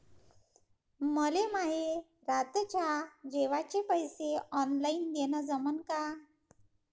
मले माये रातच्या जेवाचे पैसे ऑनलाईन देणं जमन का?